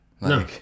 No